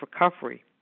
recovery